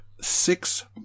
six